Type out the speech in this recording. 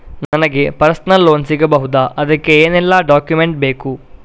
ನನಗೆ personal loan ಸಿಗಬಹುದ ಅದಕ್ಕೆ ಏನೆಲ್ಲ ಡಾಕ್ಯುಮೆಂಟ್ ಬೇಕು?